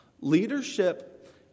Leadership